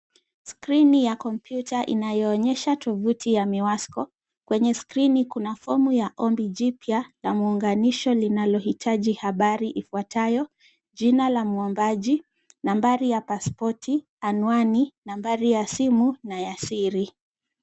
Skrini ya kompyuta inayoonyesha tovuti ya miwasko. Kwenye skrini kuna fomu ya ombi jipya na muunganisho linalohitaji habari ifuatayo; jina la mwombaji, nambari ya paspoti, anwani, nambari ya simu na ya siri.